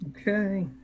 Okay